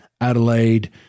Adelaide